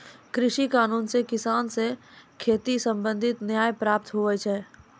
कृषि कानून से किसान से खेती संबंधित न्याय प्राप्त हुवै छै